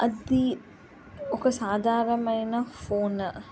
అది ఒక సాధారణమైన ఫోన్